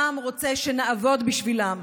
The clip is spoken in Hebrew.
העם רוצה שנעבוד בשבילם.